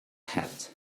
hat